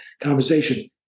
conversation